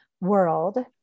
world